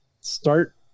start